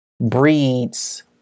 breeds